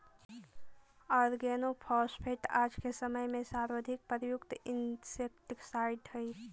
organophosphate आज के समय में सर्वाधिक प्रयुक्त इंसेक्टिसाइट्स् हई